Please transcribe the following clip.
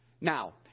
Now